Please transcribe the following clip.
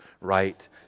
right